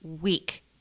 week